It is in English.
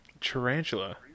Tarantula